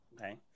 Okay